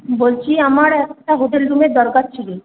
বলছি আমার একটা হোটেল রুমের দরকার ছিল